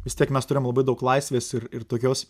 vis tiek mes turėjom labai daug laisvės ir ir tokios